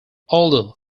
although